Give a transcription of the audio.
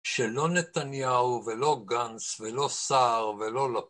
שלא נתניהו, ולא גנץ, ולא סער, ולא לא...